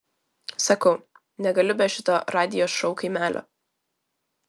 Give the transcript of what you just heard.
sakau negaliu be šito radijo šou kaimelio